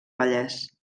vallès